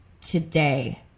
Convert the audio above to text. today